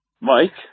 Mike